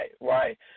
right